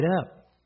up